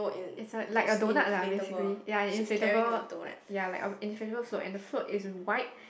is a like a donut lah basically ya inflatable like ya like inflatable and so and the float is white